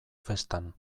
festan